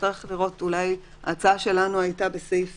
נצטרך לראות ההצעה שלנו הייתה בסעיף